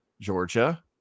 Georgia